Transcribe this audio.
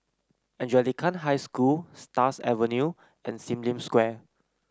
Anglican High School Stars Avenue and Sim Lim Square